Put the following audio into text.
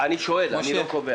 אני לוקח